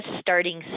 starting